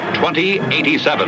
2087